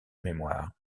mémoire